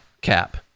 cap